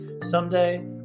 Someday